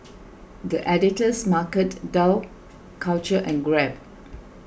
the Editor's Market Dough Culture and Grab